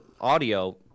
audio